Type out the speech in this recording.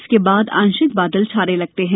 इसके बाद आंशिक बादल छाने लगते हैं